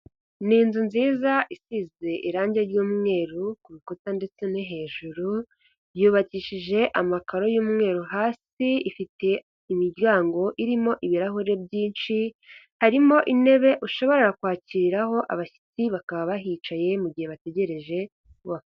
Ni inzu nziza isize irangi ry'umweru ku rukuta ndetse no hejuru, yubakishije amakaro y'umweru hasi ifite imiryango irimo ibirahure byinshi, harimo intebe ushobora kwakiriraho abashyitsi bakaba bahicaye mu gihe bategereje ko ba.